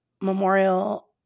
memorial